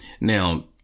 Now